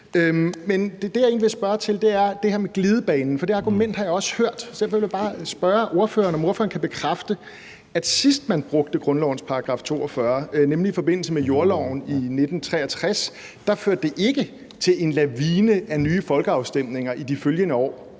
Men det, jeg egentlig vil spørge til, er det her med glidebanen, for det argument har jeg også hørt. Så derfor vil jeg bare spørge ordføreren, om ordføreren kan bekræfte, at sidst man brugte grundlovens § 42, nemlig i forbindelse med jordlovene i 1963, førte det ikke til en lavine af nye folkeafstemninger i de følgende år,